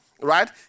right